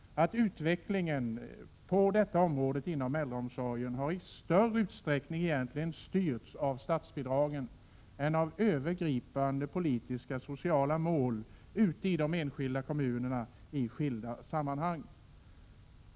Utvecklingen på detta område av äldreomsorgen har faktiskt egentligen i större utsträckning styrts av statsbidragen än av de övergripande politiska och sociala mål som har ställts upp i de enskilda kommunerna i skilda sammanhang.